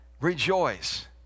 Rejoice